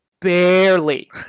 barely